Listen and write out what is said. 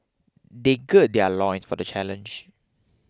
they gird their loins for the challenge